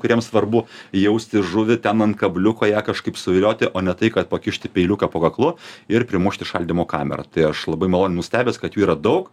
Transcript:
kuriem svarbu jausti žuvį ten ant kabliuko ją kažkaip suvilioti o ne tai kad pakišti peiliuką po kaklu ir primušti šaldymo kamerą tai aš labai maloniai nustebęs kad jų yra daug